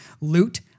loot